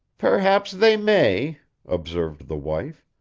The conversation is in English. perhaps they may observed the wife.